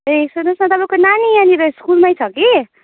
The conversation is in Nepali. ए सन्नुहोस् न तपाईँको नानी यहाँनिर स्कुलमै छ कि